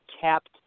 capped